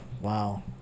Wow